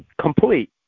Complete